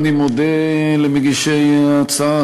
אני מודה למגישי ההצעה,